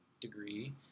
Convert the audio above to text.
degree